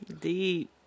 deep